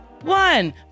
one